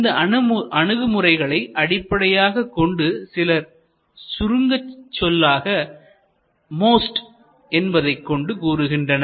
இந்த அணுகுமுறைகளை அடிப்படையாகக் கொண்டு சிலர் சுருக்கசொல்லாக MOST என்பதைக் கொண்டு கூறுகின்றனர்